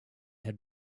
had